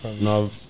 no